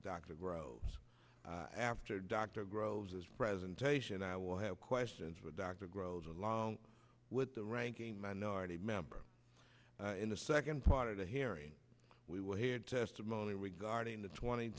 dr after dr grows his presentation i will have questions for dr grows along with the ranking minority member in the second part of the hearing we will hear testimony regarding the twenty